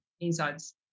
insights